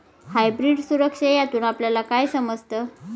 Hybrid सुरक्षा यातून आपल्याला काय समजतं?